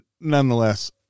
nonetheless